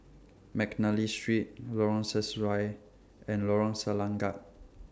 Mcnally Street Lorong Sesuai and Lorong Selangat